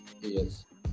Yes